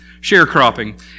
Sharecropping